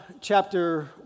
chapter